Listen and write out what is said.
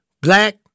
black